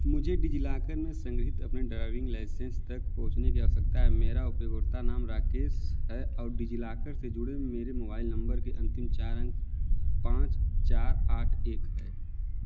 मुझे डिजिलॉकर में संग्रहीत अपने ड्राइविंग लाइसेंस तक पहुँचने की आवश्यकता है मेरा उपयोगकर्ता नाम राकेश है और डिजिलॉकर से जुड़े मेरे मोबाइल नम्बर के अंतिम चार अंक पाँच चार आठ एक है